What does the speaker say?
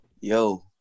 yo